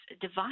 divide